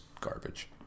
garbage